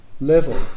level